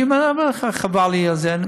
אני אומר לך, חבל לי על זה.